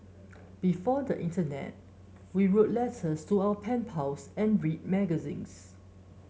before the internet we wrote letters to our pen pals and read magazines